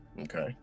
Okay